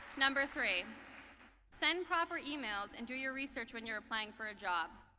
number three send proper emails and do your research when you're applying for a job.